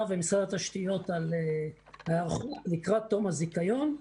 ומשרד התשתיות על ההיערכות לקראת תום הזיכיון.